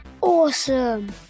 Awesome